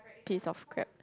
kiss of crabs